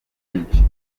byinshi